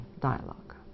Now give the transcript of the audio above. dialogue